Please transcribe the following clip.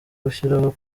gushyiraho